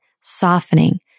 softening